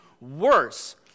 worse